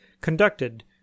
conducted